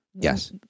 Yes